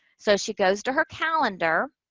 so, she goes to her calendar,